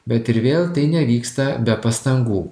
bet ir vėl tai nevyksta be pastangų